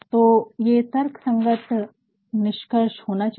तो ये तर्कसंगत निष्कर्ष होना चाहिए